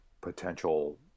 potential